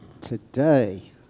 Today